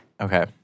Okay